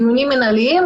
ענייניים מינהליים,